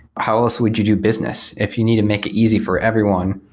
how else would you do business if you need to make it easy for everyone?